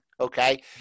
okay